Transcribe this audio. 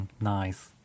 Nice